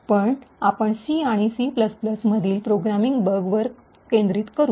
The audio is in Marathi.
पण आपण C आणि C मधील प्रोग्रामिंग बगवर केंद्रित करू